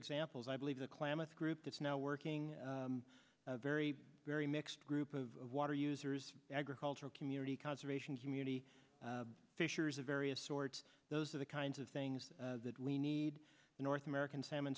examples i believe the klamath group that's now working very very mixed group of water users agricultural community conservation community fishers of various sorts those are the kinds of things that we need a north american salmon